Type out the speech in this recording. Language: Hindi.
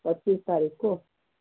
पच्चीस तारीख़ को